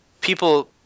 people